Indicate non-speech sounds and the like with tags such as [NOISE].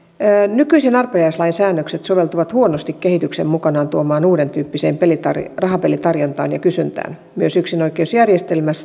nykyisen arpajaislain säännökset soveltuvat huonosti kehityksen mukanaan tuomaan uudentyyppiseen rahapelitarjontaan ja kysyntään myös yksinoikeusjärjestelmässä [UNINTELLIGIBLE]